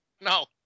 no